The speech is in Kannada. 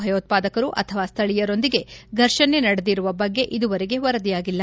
ಭಯೋತ್ಪಾದಕರು ಅಥವಾ ಸ್ಥಳೀಯರೊಂದಿಗೆ ಫರ್ಷಣೆ ನಡೆದಿರುವ ಬಗ್ಗೆ ಇದುವರೆಗೆ ವರದಿಯಾಗಿಲ್ಲ